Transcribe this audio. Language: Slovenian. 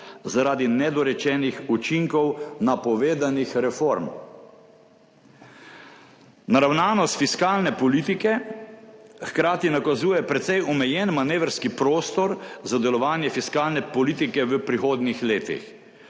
zaradi nedorečenih učinkov napovedanih reform. Naravnanost fiskalne politike hkrati nakazuje precej omejen manevrski prostor za delovanje fiskalne politike v prihodnjih letih.